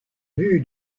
vue